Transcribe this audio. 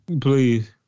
Please